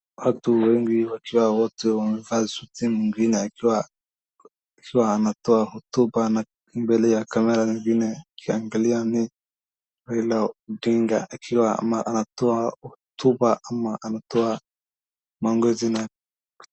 Watu wengi wakiwa wote wamevaa suti mwingine akiwa anatoa hotuba mbele ya kamera mwingine akiangalia Raila Odinga akiwa anatoa hotuba ama anatoa maongezi.